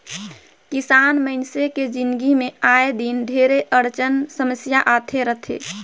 किसान मइनसे के जिनगी मे आए दिन ढेरे अड़चन समियसा आते रथे